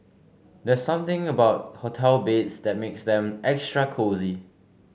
there's something about hotel beds that makes them extra cosy